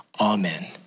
Amen